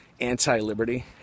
anti-liberty